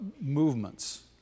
movements